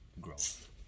growth